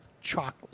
chocolate